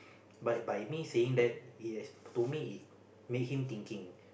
but by me saying that it has to me it make him thinking